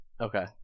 Okay